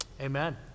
Amen